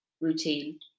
routine